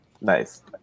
nice